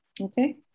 Okay